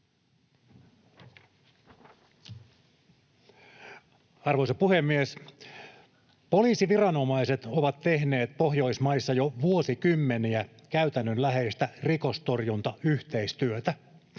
Arvoisa puhemies! Poliisiviranomaiset ovat tehneet Pohjoismaissa jo vuosikymmeniä käytännönläheistä rikostorjuntayhteistyötä.